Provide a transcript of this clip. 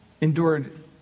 endured